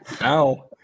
Now